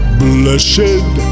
blessed